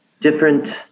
different